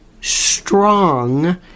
strong